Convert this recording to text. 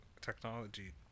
Technology